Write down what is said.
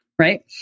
right